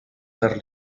fer